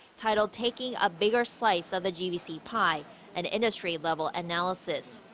titled taking a bigger slice of the gvc pie an industry-level analysis.